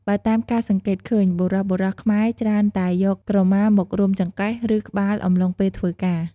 បើតាមការសង្កេតឃើញ បុរសៗខ្មែរច្រើនតែយកក្រមាមករុំចង្កេះ ឬ ក្បាលអំឡុងពេលធ្វើការ។